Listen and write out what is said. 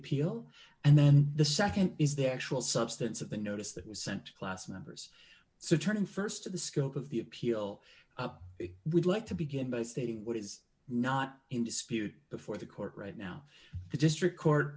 appeal and then the nd is there actual substance of the notice that was sent to class members so turning st to the scope of the appeal we'd like to begin by stating what is not in dispute before the court right now the district court